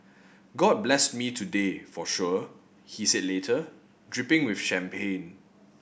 god blessed me today for sure he said later dripping with champagne